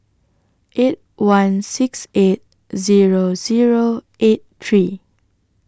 eight one six eight Zero Zero eight three